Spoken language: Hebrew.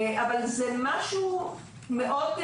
מה האפשרויות שהמעסיק,